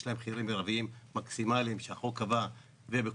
יש להן מחירים מרביים מקסימליים שהחוק קבע וכל